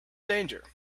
danger